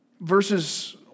Verses